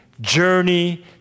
journey